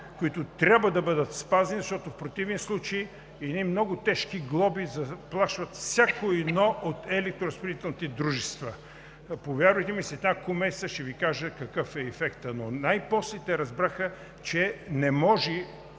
които трябва да бъдат спазени, защото в противен случай едни много тежки глоби заплашват всяко едно от електроразпределителните дружества. Повярвайте ми, след няколко месеца ще Ви кажа какъв е ефектът, но най-после те разбраха, че не може.